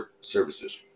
services